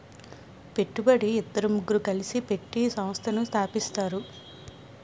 పెట్టుబడి ఇద్దరు ముగ్గురు కలిసి పెట్టి సంస్థను స్థాపిస్తారు